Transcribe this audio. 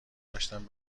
داشتم